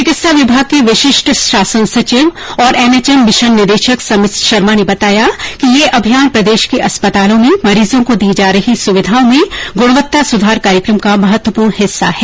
चिकित्सा विभाग के विशिष्ट शासन सचिव और एनएचएम मिशन निदेशक समित शर्मा ने बताया कि यह अभियान प्रदेश के अस्पतालों में मरीजो को दी जा रही सुविधाओं में गुणवत्ता सुधार कार्यक्रम का महत्वपूर्ण हिस्सा है